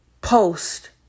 post